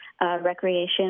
recreation